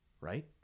right